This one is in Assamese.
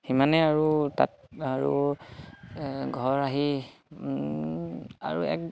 সিমানেই আৰু তাত আৰু ঘৰ আহি আৰু এক